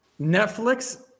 Netflix